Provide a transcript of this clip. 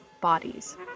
Bodies